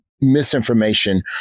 misinformation